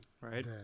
right